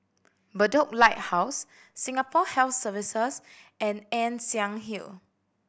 Bedok Lighthouse Singapore Health Services and Ann Siang Hill